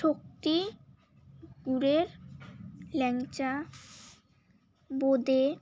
শক্তিগড়ের ল্যাংচা বোঁদে